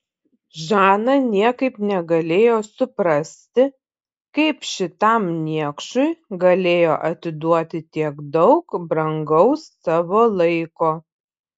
žana niekaip negalėjo suprasti kaip šitam niekšui galėjo atiduoti tiek daug brangaus savo laiko